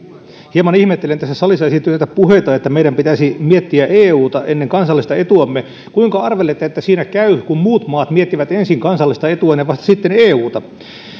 hieman ihmettelen tässä salissa esiintyneitä puheita että meidän pitäisi miettiä euta ennen kansallista etuamme kuinka arvelette että siinä käy kun muut maat miettivät ensin kansallista etuaan ja vasta sitten euta